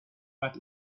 that